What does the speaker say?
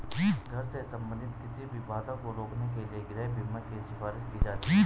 घर से संबंधित किसी भी बाधा को रोकने के लिए गृह बीमा की सिफारिश की जाती हैं